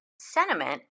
sentiment